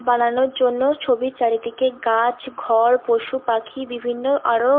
বানানোর জন্য ছবির চারিদিকে গাছ ঘর পশু পাখি বিভিন্ন আরো